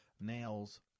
nails